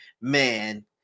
Man